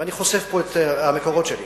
ואני חושף פה את המקורות שלי,